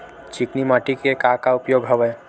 चिकनी माटी के का का उपयोग हवय?